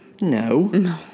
No